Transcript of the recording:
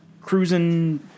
cruising